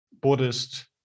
Buddhist